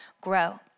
grow